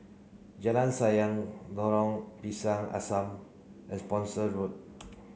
Jalan Sayang Lorong Pisang Asam and Spooner Road